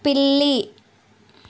పిల్లి